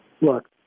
Look